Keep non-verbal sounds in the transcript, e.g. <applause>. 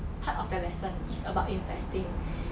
part of the lesson is about investing <breath>